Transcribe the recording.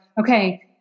okay